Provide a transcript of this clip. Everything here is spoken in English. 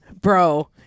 Bro